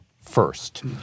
first